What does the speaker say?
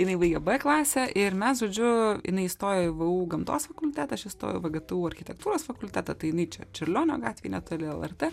jinai baigė b klasę ir mes žodžiu jinai įstojo į vu gamtos fakultetą aš įstojau vgtu architektūros fakultetą tai jinai čia čiurlionio gatvėj netoli lrt